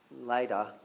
later